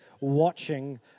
watching